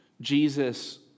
Jesus